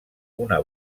una